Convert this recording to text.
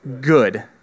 Good